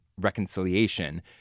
reconciliation